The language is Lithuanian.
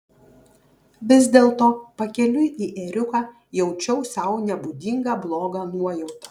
vis dėlto pakeliui į ėriuką jaučiau sau nebūdingą blogą nuojautą